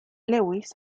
lewis